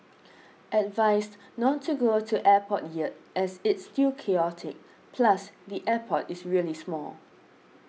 advised not to go to airport yet as it's still chaotic plus the airport is really small